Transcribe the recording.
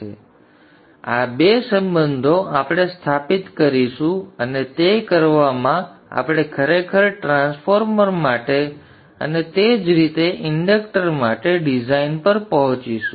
તેથી આ બે સંબંધો આપણે સ્થાપિત કરીશું અને તે કરવામાં આપણે ખરેખર ટ્રાન્સફોર્મર માટે અને તે જ રીતે ઇન્ડક્ટર માટે ડિઝાઇન પર પહોંચીશું